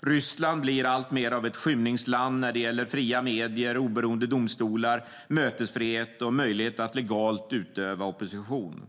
Ryssland blir alltmer av ett skymningsland när det gäller fria medier, oberoende domstolar, mötesfrihet och möjlighet att legalt utöva opposition.